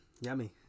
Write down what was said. Yummy